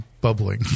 bubbling